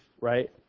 right